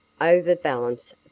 overbalance